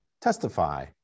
testify